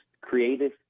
creative